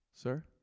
sir